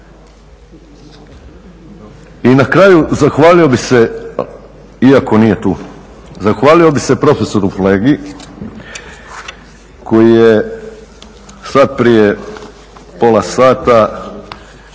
I na kraju zahvalio bih se iako nije tu, zahvalio bih se profesoru Flegi koji je sad prije pola sata